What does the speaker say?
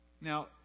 Now